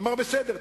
אמר: בסדר,